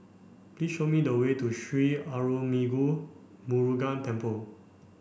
please show me the way to Sri Arulmigu Murugan Temple